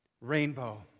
Rainbow